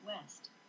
West